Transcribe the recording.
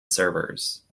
servers